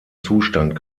zustand